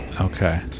Okay